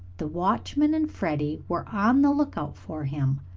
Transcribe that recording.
the watchman and freddie were on the look-out for him,